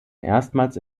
erstmals